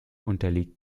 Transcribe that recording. unterliegt